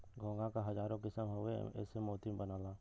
घोंघा क हजारो किसम हउवे एसे मोती बनला